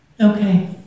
Okay